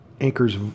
Anchor's